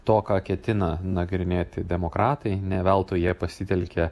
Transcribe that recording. to ką ketina nagrinėti demokratai ne veltui jie pasitelkė